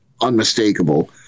unmistakable